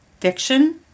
Fiction